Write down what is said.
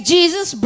Jesus